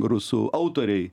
rusų autoriai